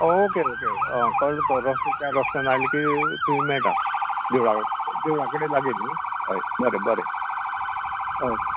okay okay okay आं कळ्ळो तो रस्तो चार रत्यान आयलें की थंय मेळटा देवळा देवळा कडेन लागीं न्ही अय बरें बरें अय